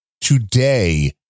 today